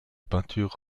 peinture